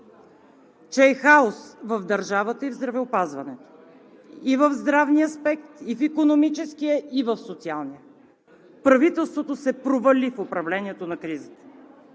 че в държавата и в здравеопазването е хаос – и в здравен аспект, и в икономически, и в социален. Правителството се провали в управлението на кризата.